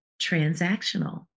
transactional